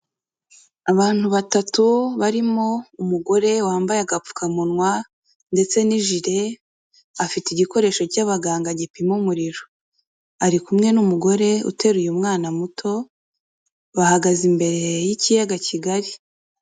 Abantu batatu barimo umugore wambaye agapfukamunwa ndetse n'ijire, afite igikoresho cy'abaganga gipima umuriro. Ari kumwe n'umugore uteruye umwana muto, bahagaze imbere y'ikiyaga kigari.